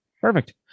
Perfect